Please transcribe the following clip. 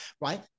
right